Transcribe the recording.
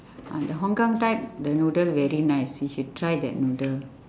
the hong-kong type the noodle very nice you should try that noodle